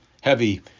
heavy